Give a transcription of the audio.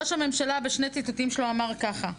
ראש הממשלה בשני הציתותים שלו אמר ככה,